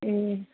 ए